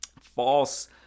false